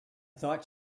thought